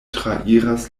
trairas